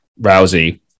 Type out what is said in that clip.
Rousey